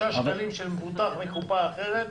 של מבוטח מקופה אחרת.